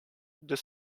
the